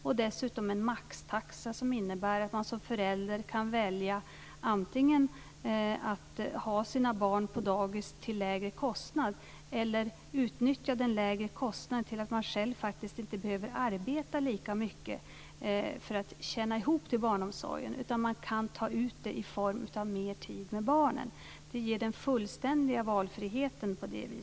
Vi har dessutom lagt fram förslag om en maxtaxa som innebär att man som förälder kan välja antingen att ha sina barn på dagis till lägre kostnad eller utnyttja den lägre kostnaden till att man själv inte behöver arbeta lika mycket för att tjäna ihop till barnomsorgen utan kan ta ut de i form av mer tid med barnen. Maxtaxa ger på det viset den fullständiga valfriheten.